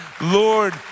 Lord